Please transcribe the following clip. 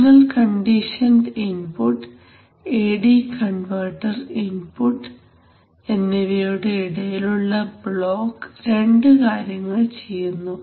signal conditioned input A D converter input എന്നിവയുടെ ഇടയിലുള്ള block രണ്ടു കാര്യങ്ങൾ ചെയ്യുന്നു